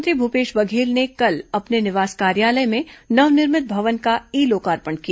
मुख्यमंत्री भूपेश बघेल ने कल अपने निवास कार्यालय में नवनिर्मित भवन का ई लोकार्पण किया